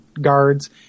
guards